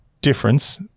difference